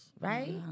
right